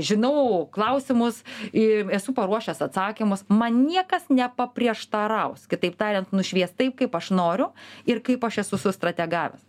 žinau klausimus ir esu paruošęs atsakymus man niekas nepaprieštaraus kitaip tariant nušvies taip kaip aš noriu ir kaip aš esu sustrategavęs